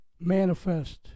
manifest